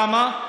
למה?